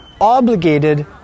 obligated